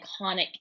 iconic